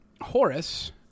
Horace